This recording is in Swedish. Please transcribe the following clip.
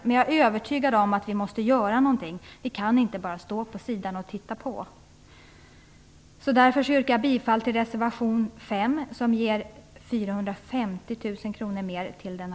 Men jag är övertygad om att vi måste göra någonting. Vi kan inte bara stå vid sidan av och titta på. Därför yrkar jag bifall till reservation